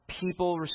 people